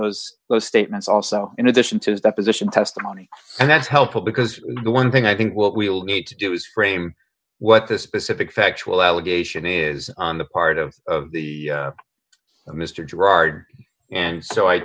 those those statements also in addition to his deposition testimony and that's helpful because the one thing i think what we'll need to do is frame what this specific factual allegation is on the part of the of mr girard and so i